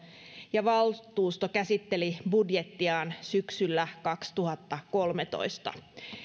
ja valtuusto käsitteli budjettiaan syksyllä kaksituhattakolmetoista